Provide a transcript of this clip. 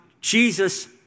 Jesus